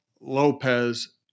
Lopez